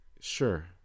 Sure